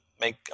make